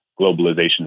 globalization